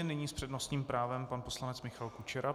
Nyní s přednostním právem pan poslanec Michal Kučera.